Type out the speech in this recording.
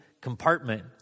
compartment